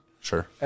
Sure